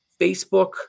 facebook